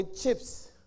chips